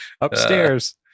upstairs